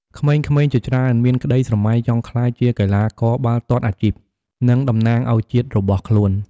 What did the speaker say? ក្មេងៗជាច្រើនមានក្តីស្រមៃចង់ក្លាយជាកីឡាករបាល់ទាត់អាជីព និងតំណាងឲ្យជាតិរបស់ខ្លួន។